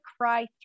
cry